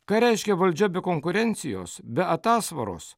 ką reiškia valdžia be konkurencijos be atasvaros